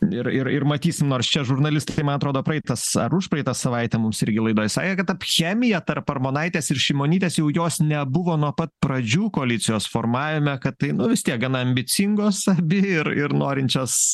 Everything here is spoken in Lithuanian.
ir ir ir matysim nors čia žurnalistai tai man atrodo praeitas ar užpraeitą savaitę mums irgi laidoj sakė kad tap chemija tarp armonaitės ir šimonytės jau jos nebuvo nuo pat pradžių koalicijos formavime kad tai nu vis tiek gana ambicingos abi ir ir norinčios